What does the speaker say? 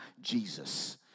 Jesus